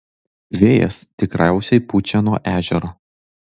vėjas tikriausiai pučia nuo ežero